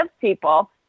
people